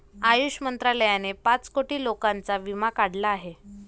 आयुष मंत्रालयाने पाच कोटी लोकांचा विमा काढला आहे